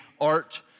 art